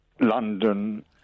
London